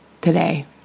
today